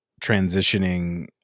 transitioning